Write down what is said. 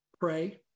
Pray